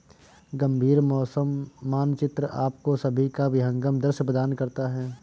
गंभीर मौसम मानचित्र आपको सभी का विहंगम दृश्य प्रदान करता है